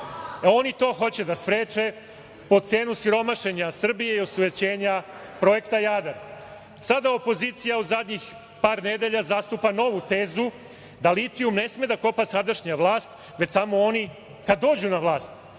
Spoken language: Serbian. Oni to hoće da spreče po cenu siromašenja Srbije i osujećenja projekta Jadar. Sada opozicija u zadnjih par nedelja zastupa novu tezu da litijum ne sme da kopa sadašnja vlast, već samo oni kad dođu na vlast,